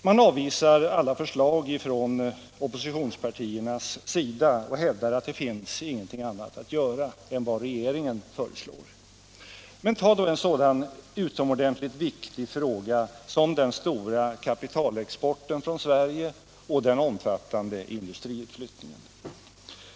Man avvisar alla förslag från oppositionspartiernas sida och hävdar att det inte finns någonting annat att göra än vad regeringen föreslår. Men tag då en så utomordentligt viktig fråga som den starka kapitalexporten från Sverige och den omfattande industriutflyttningen!